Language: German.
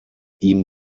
ihm